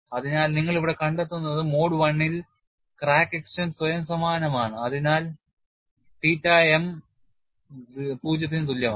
അതിനാൽ നിങ്ങൾ ഇവിടെ കണ്ടെത്തുന്നത് മോഡ് I ൽ ക്രാക്ക് എക്സ്റ്റൻഷൻ സ്വയം സമാനമാണ് അതിനാൽ തീറ്റ m 0 ന് തുല്യമാണ്